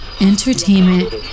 entertainment